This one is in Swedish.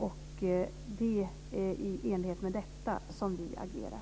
Det är i enlighet med detta som vi agerar.